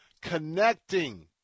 connecting